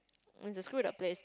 it's a screwed up place